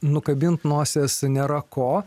nukabint nosies nėra ko